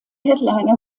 headliner